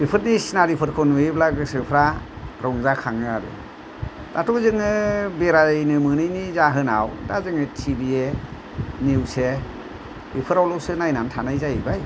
बेफोरनि सिनारिफोरखौ नुयोब्ला गोसोफ्रा रंजाखाङो आरो दाथ' जोङो बेरायनो मोनैनि जाहोनाव दा जोङो टिभिए निउसए बेफोरावल'सो नायनानै थानाय जाहैबाय